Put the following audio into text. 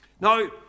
Now